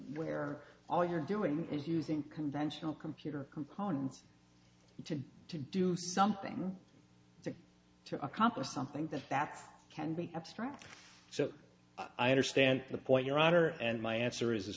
where all you're doing is using conventional computer components to do something to accomplish something that's can be abstract so i understand the point your honor and my answer is